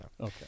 Okay